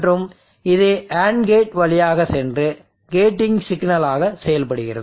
மற்றும் இது AND gate வழியாக சென்று கேட்டிங் சிக்னலாக செயல்படுகிறது